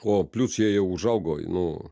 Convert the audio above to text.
o plius jie jau užaugo nu